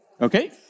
Okay